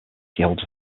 holds